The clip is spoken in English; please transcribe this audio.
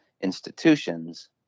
institutions